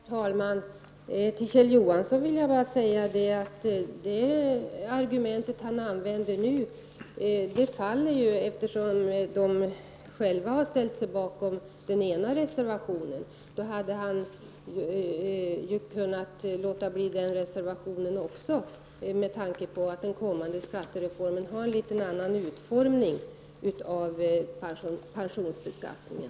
Herr talman! Till Kjell Johansson vill jag bara säga att det argument han nu använde faller, eftersom han själv har ställt sig bakom den ena reservationen. Annars hade han ju kunnat låta bli att biträda den reservationen också, med hänsyn till att den kommande skattereformen har en litet annorlunda utformning av pensionsbeskattningen.